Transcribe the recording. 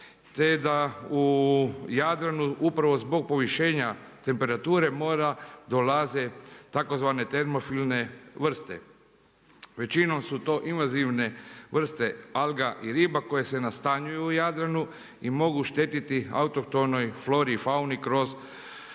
te da u Jadranu upravo zbog povišenja temperature mora dolaze tzv. termofilne vrste. Većinom su to invazivne vrste alga i riba koje se nastanjuju u Jadranu i mogu štetiti autohtonoj flori i fauni kroz